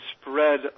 spread